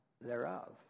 thereof